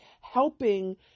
helping